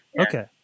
Okay